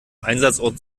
einsatzort